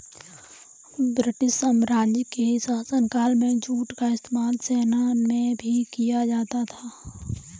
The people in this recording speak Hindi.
ब्रिटिश साम्राज्य के शासनकाल में जूट का इस्तेमाल सेना में भी किया जाता था